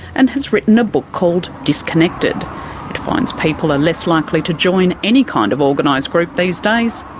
and has written a book called disconnected. it finds people are less likely to join any kind of organised group these days,